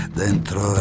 dentro